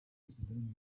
sudani